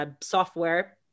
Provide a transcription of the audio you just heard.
software